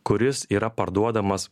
kuris yra parduodamas